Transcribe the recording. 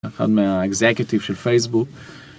אחד מהאקזקייטיב של פייסבוק.